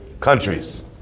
countries